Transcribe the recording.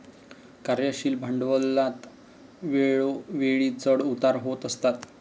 कार्यशील भांडवलात वेळोवेळी चढ उतार होत असतात